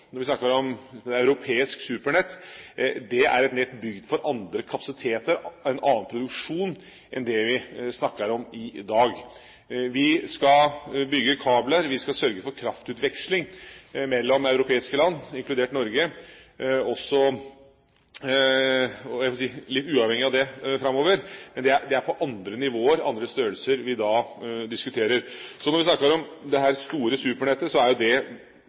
når vi snakker om europeisk supernett, er et nett bygd for andre kapasiteter, en annen produksjon, enn det vi snakker om i dag. Vi skal bygge kabler, vi skal sørge for kraftutveksling mellom europeiske land, inkludert Norge, også – jeg får si, litt uavhengig av det – framover, men det er andre nivåer, andre størrelser vi da diskuterer. Så når vi snakker om dette store supernettet, er jo det